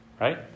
Right